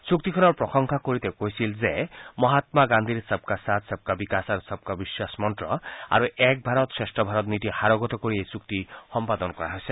চুক্তিখনৰ প্ৰশংসা কৰি তেওঁ কৈছিল যে মহাম্মা গান্ধীৰ সবকা সাথ সবকা বিকাশ আৰু সবকা বিখাস মন্ত্ৰ আৰু এক ভাৰত শ্ৰেষ্ঠ ভাৰত নীতি সাৰোগত কৰি এই চুক্তি সম্পাদন কৰা হৈছে